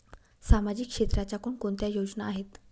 सामाजिक क्षेत्राच्या कोणकोणत्या योजना आहेत?